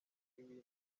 w’intebe